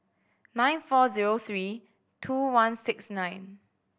nine four zero three two one six nine